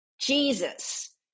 Jesus